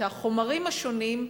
את החומרים השונים,